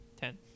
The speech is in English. ten